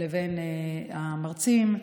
לבין המרצים,